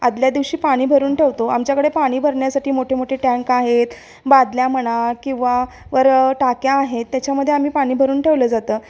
आदल्या दिवशी पाणी भरून ठेवतो आमच्याकडे पाणी भरण्यासाठी मोठे मोठे टँक आहेत बादल्या म्हणा किंवा वर टाक्या आहेत त्याच्यामध्ये आम्ही पाणी भरून ठेवलं जातं